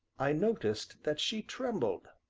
i noticed that she trembled.